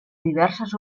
diverses